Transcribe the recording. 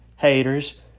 haters